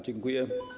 Dziękuję.